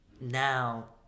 now